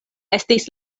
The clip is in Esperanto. estis